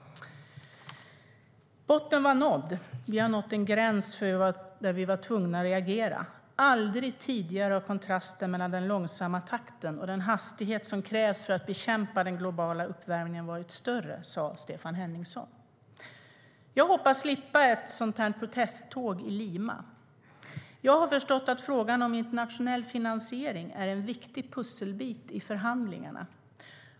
Han sa: Botten var nådd. Vi hade nått en gräns där vi var tvungna att reagera. Aldrig tidigare har kontrasten mellan den långsamma takten och den hastighet som krävs för att bekämpa den globala uppvärmningen varit större. Jag hoppas slippa ett sådant protesttåg i Lima. Jag har förstått att frågan om internationell finansiering är en viktig pusselbit i förhandlingarna.